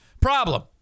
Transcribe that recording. problem